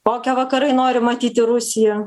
kokią vakarai nori matyti rusiją